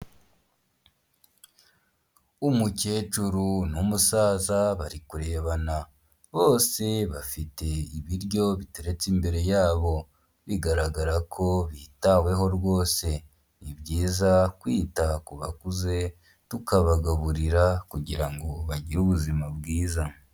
Umukecuru n'umusaza bari kurebana bose bafite ibiryo biteretse imbere yabo, bigaragara ko bitaweho rwose, ni byiza kwita ku bakuze tukabagaburira kugirango ngo bagire ubuzima bwiza.